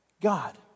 God